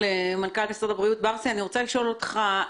מנכ"ל משרד הבריאות, אני רוצה לשאול אותך שאלה.